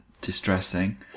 distressing